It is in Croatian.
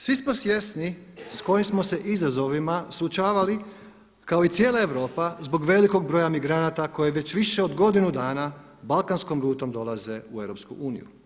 Svi smo svjesni s kojim smo se izazovima suočavali kao i cijela Europa zbog velikog broja migranata koji već više od godinu dana balkanskom rutom dolaze u EU.